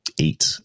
eight